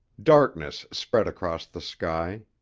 darkness spread across the sky.